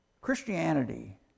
Christianity